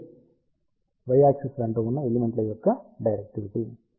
Dy axis వెంట ఉన్నఎలిమెంట్ల యొక్క డైరెక్టివిటీ